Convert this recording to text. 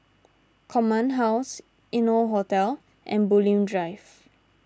Command House Innotel Hotel and Bulim Drive